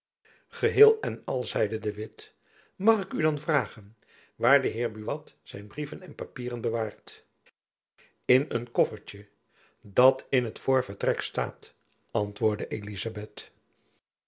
geheel en al zeide de witt mag ik u dan vragen waar de heer buat zijn brieven en papieren bewaart in een koffertjen dat in het voorvertrek staat antwoordde elizabeth